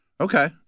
Okay